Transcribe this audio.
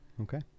Okay